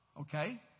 Okay